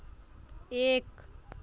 एक